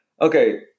Okay